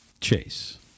Chase